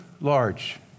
large